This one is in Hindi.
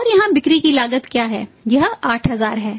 और यहां बिक्री की लागत क्या है यह 8000 है